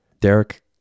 Derek